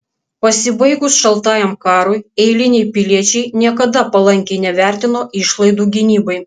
pasibaigus šaltajam karui eiliniai piliečiai niekada palankiai nevertino išlaidų gynybai